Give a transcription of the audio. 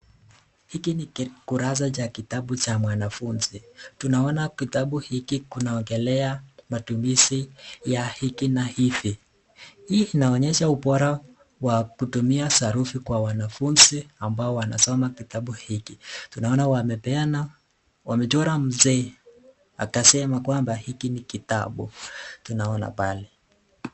Hiki ni kikurasa cha kitabu cha mwanafunzi. Tunaona kitabu hiki kinaoongelea matumizi ya hiki na hivi. Hivi inaonyesha ubora wa kutumia sarufi kwa wanafunzi ambao wanasoma kitabu hiki. Tunaona wamechora mzee akasema kwamba hiki ni kitabu, tunaona pale.